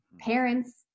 Parents